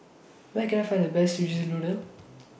Where Can I Find The Best Szechuan Noodle